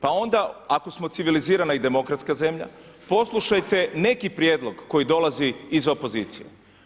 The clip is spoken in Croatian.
Pa onda ako smo civilizirana i demokratska zemlja, poslušajte neki prijedlog koji dolazi iz opozicije.